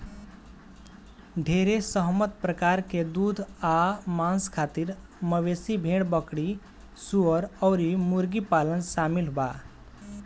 ढेरे सहमत प्रकार में दूध आ मांस खातिर मवेशी, भेड़, बकरी, सूअर अउर मुर्गी पालन शामिल बा